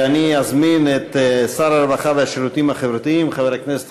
אני אזמין את שר הרווחה והשירותים החברתיים חבר הכנסת